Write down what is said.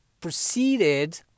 proceeded